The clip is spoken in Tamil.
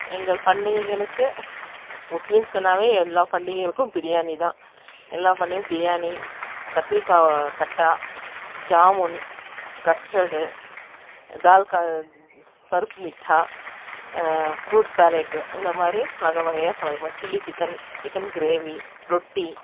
எங்கள் பண்டிகைகளுக்கு முஸ்லீம்ஸ்னாலே எல்லா பண்டிகைகளுக்கும் பிரியாணி தான் எல்லா பண்டிகைகளுக்கும் பிரியாணி கத்திரிக்காய் கட்டா ஜாமுன் கஸ்ட்டடு தால்கா பருப்பு மிட்டாய் ஃப்ரூட்ஸ் சாலெட்டு இந்த மாதிரி வகை வகையாக சமைப்போம் சில்லி சிக்கன் சிக்கன் கிரேவி